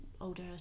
older